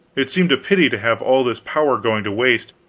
it seemed a pity to have all this power going to waste.